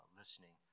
listening